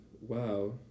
Wow